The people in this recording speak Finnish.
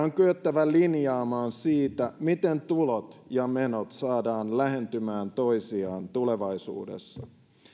on kyettävä linjaamaan siitä miten tulot ja menot saadaan lähentymään toisiaan tulevaisuudessa